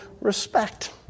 respect